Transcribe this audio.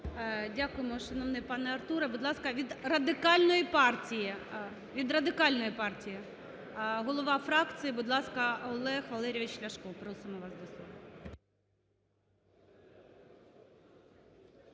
Дякуємо, шановний пане Артуре. Будь ласка, від Радикальної партії, голова фракції, будь ласка, Олег Валерійович Ляшко. Просимо вас до слова.